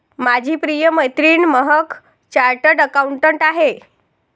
माझी प्रिय मैत्रीण महक चार्टर्ड अकाउंटंट आहे